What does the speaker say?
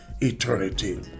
eternity